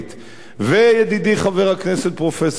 וידידי, חבר הכנסת פרופסור אריה אלדד,